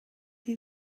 chi